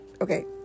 okay